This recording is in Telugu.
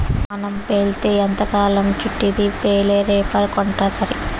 మనం బేల్తో ఎంతకాలం చుట్టిద్ది బేలే రేపర్ కొంటాసరి